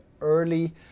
early